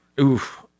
oof